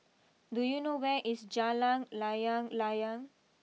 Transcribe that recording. do you know where is Jalan Layang Layang